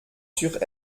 sur